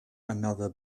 another